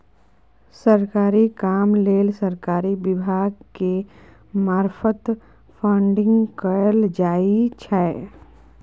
सरकारी काम लेल सरकारी विभाग के मार्फत फंडिंग कएल जाइ छै